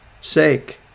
sake